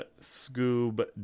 Scoob